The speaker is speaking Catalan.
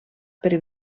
per